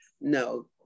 No